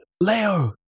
Leo